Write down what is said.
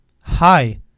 hi